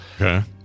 Okay